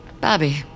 Bobby